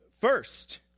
first